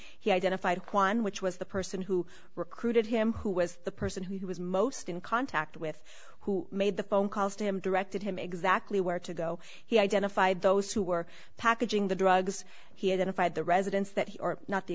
he identified one which was the person who recruited him who was the person who was most in contact with who made the phone calls to him directed him exactly where to go he identified those who were packaging the drugs he had and if i had the residence that he or not the